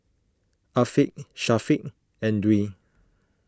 Afiq Syafiq and Dwi